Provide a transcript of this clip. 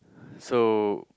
so